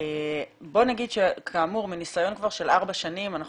בואי נגיד שכאמור מניסיון של ארבע שנים אנחנו